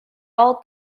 all